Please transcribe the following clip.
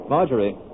Marjorie